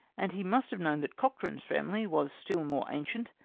and he must have known that cochran's family was still more ancient,